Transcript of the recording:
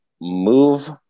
move